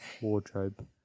wardrobe